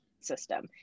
system